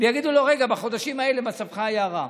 ויגידו לו: רגע, בחודשים האלה מצבך היה רע.